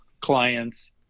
clients